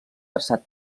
traçat